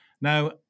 Now